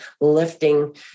lifting